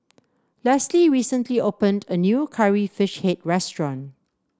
Leslie recently opened a new Curry Fish Head restaurant